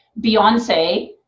Beyonce